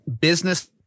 business